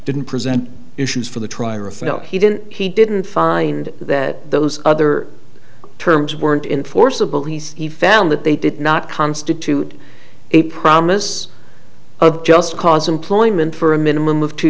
didn't present issues for the trial felt he didn't he didn't find that those other terms weren't in forcible he found that they did not constitute a promise of just cause employment for a minimum of two